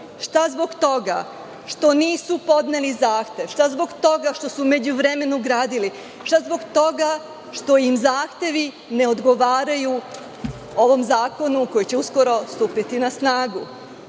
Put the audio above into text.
što zbog toga što nisu podneli zahtev, što zbog toga što su u međuvremenu gradili, što zbog toga što im zahtevi ne odgovaraju ovom zakonu koji će uskoro stupiti na snagu.